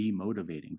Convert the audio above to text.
demotivating